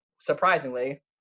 Surprisingly